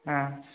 हँ